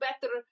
better